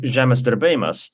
žemės drebėjimas